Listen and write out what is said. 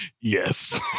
Yes